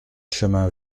chemin